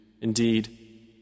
Indeed